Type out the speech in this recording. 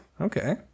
okay